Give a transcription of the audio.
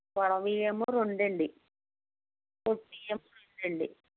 పొడవ్వి ఏమో రెండు అండి పొట్టివి ఏమో రెండండి